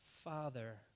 Father